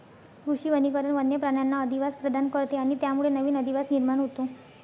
कृषी वनीकरण वन्य प्राण्यांना अधिवास प्रदान करते आणि त्यामुळे नवीन अधिवास निर्माण होतो